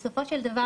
בסופו של דבר,